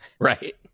right